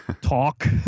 talk